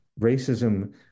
racism